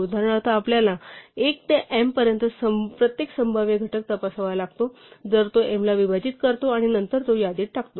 उदाहरणार्थ आपल्याला 1 ते m पर्यंत प्रत्येक संभाव्य घटक तपासावा लागेल जर तो m ला विभाजित करतो आणि नंतर तो यादीत टाकतो